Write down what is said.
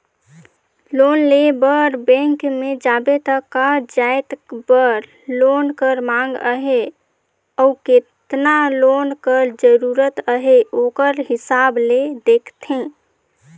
loan लेय बर bank में जाबे त का जाएत बर लोन कर मांग अहे अउ केतना लोन कर जरूरत अहे ओकर हिसाब ले देखथे